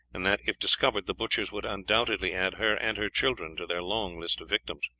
and that if discovered the butchers would undoubtedly add her and her children to their long list of victims.